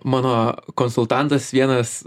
mano konsultantas vienas